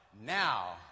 Now